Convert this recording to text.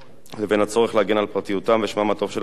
לבין הצורך להגן על פרטיותם ושמם הטוב של המתווכים.